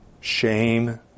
shame